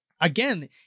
Again